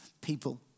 people